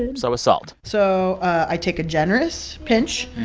and so is salt so i take a generous pinch.